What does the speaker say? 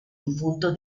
difunto